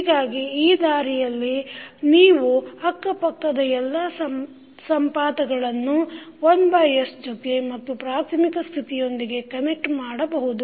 ಹೀಗಾಗಿ ಈ ದಾರಿಯಲ್ಲಿ ನೀವು ಅಕ್ಕಪಕ್ಕದ ಎಲ್ಲಾ ಸಂಪಾತಗಳನ್ನು 1s ಜೊತೆ ಮತ್ತು ಪ್ರಾಥಮಿಕ ಸ್ಥಿತಿಯೊಂದಿಗೆ ಕನ್ನೆಕ್ಟ್ ಮಾಡಬಹುದು